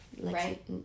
right